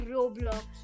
Roblox